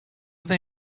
they